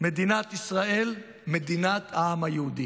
מדינת ישראל מדינת העם היהודי.